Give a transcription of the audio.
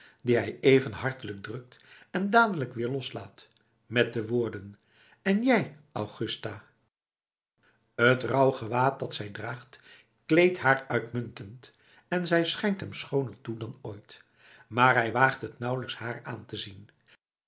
die hij even hartelijk drukt en dadelijk weer loslaat met de woorden en jij augusta het rouwgewaad dat zij draagt kleedt haar uitmuntend en zij schijnt hem schooner toe dan ooit maar hij waagt het nauwelijks haar aan te zien